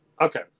Okay